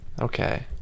Okay